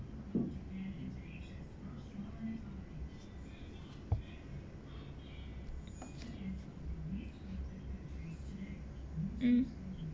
mm